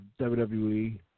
WWE